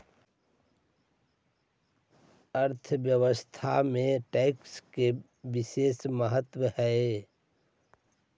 अर्थव्यवस्था में टैक्स के बिसेस महत्व हई